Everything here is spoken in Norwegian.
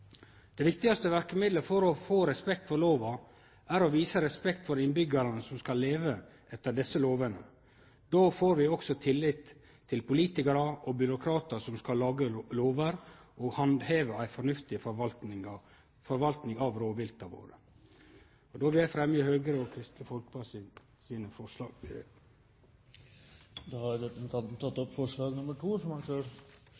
Det viktigaste verkemidlet for å få respekt for lova er å vise respekt for innbyggjarane som skal leve etter desse lovene. Då får vi også tillit til politikarar og byråkratar som skal lage lover og handheve ei fornuftig forvalting av rovviltet vårt. Til slutt vil eg fremje forslaget frå Høgre og Kristeleg Folkeparti. Representanten Bjørn Lødemel har tatt opp det forslaget han refererte til.